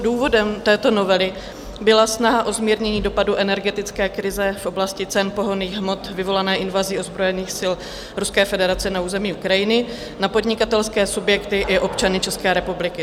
Důvodem této novely byla snaha o zmírnění dopadů energetické krize v oblasti cen pohonných hmot vyvolané invazí ozbrojených sil Ruské federace na území Ukrajiny na podnikatelské subjekty i občany České republiky.